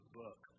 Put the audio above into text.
book